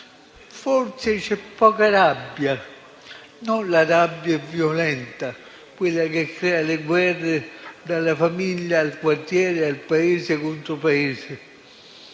forse c'è poca rabbia; non la rabbia violenta che crea le guerre, dalla famiglia al quartiere, al paese contro paese,